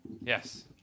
Yes